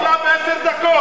בעשר דקות.